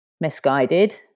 misguided